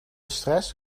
stress